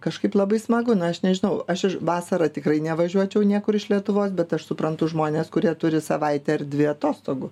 kažkaip labai smagu na aš nežinau aš vasarą tikrai nevažiuočiau niekur iš lietuvos bet aš suprantu žmones kurie turi savaitę ar dvi atostogų